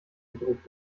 gedruckt